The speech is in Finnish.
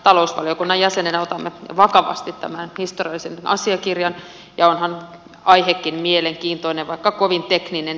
talousvaliokunnan jäsenenä otamme vakavasti tämän historiallisen asiakirjan ja onhan aihekin mielenkiintoinen vaikka kovin tekninen